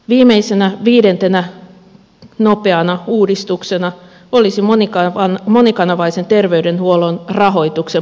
viimeisenä viidentenä nopeana uudistuksena olisi monikanavaisen terveydenhuollon rahoituksen purkaminen